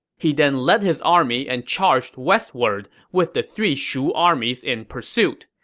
he then led his army and charged westward, with the three shu armies in pursuit.